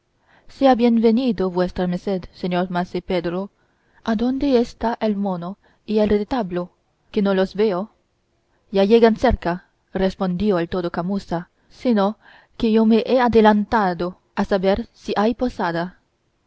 bien venido vuestra merced señor mase pedro adónde está el mono y el retablo que no los veo ya llegan cerca respondió el todo camuza sino que yo me he adelantado a saber si hay posada